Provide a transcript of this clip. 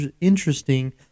interesting